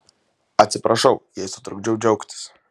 atsiprašau jei sutrukdžiau džiaugtis